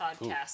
podcast